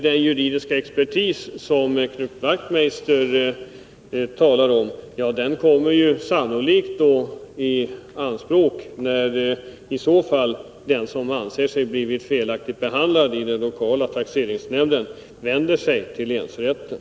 Den juridiska expertis som Knut Wachtmeister talar om kommer sannolikt att tas i anspråk när den som anser sig ha blivit felaktigt behandlad i den lokala taxeringsnämnden vänder sig till länsrätten.